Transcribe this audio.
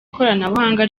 ikoranabuhanga